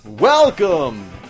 Welcome